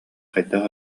хайдах